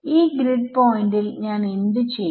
ഈ ഗ്രിഡ് പോയിന്റിൽ ഞാൻ എന്ത് ചെയ്യും